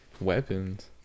weapons